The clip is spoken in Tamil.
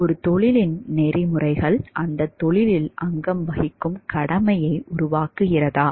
ஒரு தொழிலின் நெறிமுறைகள் அந்தத் தொழிலில் அங்கம் வகிக்கும் கடமையை உருவாக்குகிறதா